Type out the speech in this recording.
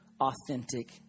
authentic